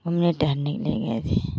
घूमने टहलने के लिए गए थे